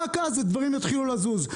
רק אז הדברים יתחילו לזוז.